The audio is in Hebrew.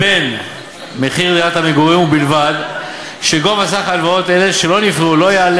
אני מניח שגם עוד חברים וחברות קיבלו ופועלים בעניין